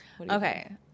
Okay